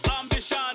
ambition